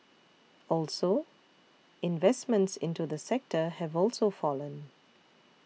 also investments into the sector have also fallen